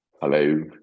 Hello